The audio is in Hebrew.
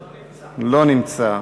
לא נמצא.